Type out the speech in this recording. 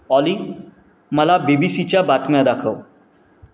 ऑली मला B B सीच्या बातम्या दाखव